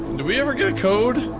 did we ever get a code?